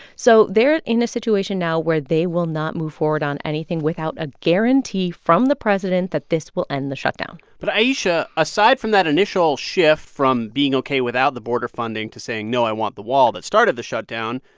so they're in a situation now where they will not move forward on anything without a guarantee from the president that this will end the shutdown but, ayesha, aside from that initial shift from being ok without the border funding to saying, no, i want the wall that started the shutdown,